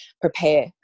prepare